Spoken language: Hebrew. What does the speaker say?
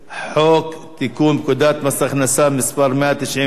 חוק לתיקון פקודת מס הכנסה (מס' 194),